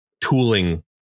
tooling